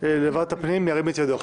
לוועדת הפנים והגנת הסביבה?